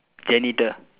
janitor